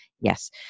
yes